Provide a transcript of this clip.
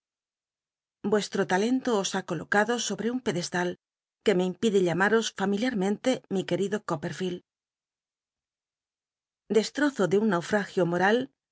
vucsto talento os ha colocado sobc un pedestal que me impide jlamaos fam ililmncnte mi que i do coppel'lleld destrozo de un naufagio moral